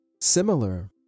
similar